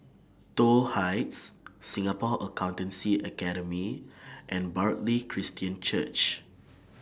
Toh Heights Singapore Accountancy Academy and Bartley Christian Church